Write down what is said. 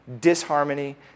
disharmony